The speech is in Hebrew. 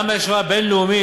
גם בהשוואה בין-לאומית,